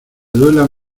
duela